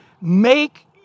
Make